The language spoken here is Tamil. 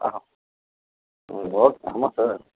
ஆ ம் ஓக் ஆமாம் சார்